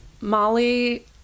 Molly